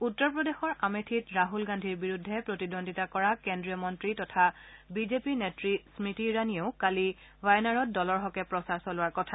উত্তৰ প্ৰদেশৰ আমেথিত ৰাহুল গান্ধীৰ বিৰুদ্ধে প্ৰতিদ্বন্দ্বিতা কৰা কেন্দ্ৰীয় মন্ত্ৰী তথা বিজেপি নেত্ৰী স্মতি ইৰাণীয়েও কাইলৈ ৱায়নাদত দলৰ হকে প্ৰচাৰ চলোৱাৰ কথা